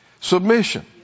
submission